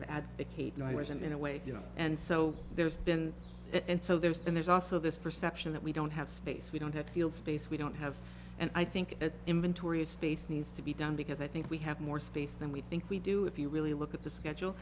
of advocate night vision in a way you know and so there's been that and so there's and there's also this perception that we don't have space we don't have field space we don't have and i think that inventory of space needs to be done because i think we have more space than we think we do if you really look at the schedule